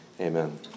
amen